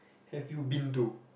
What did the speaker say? have you been to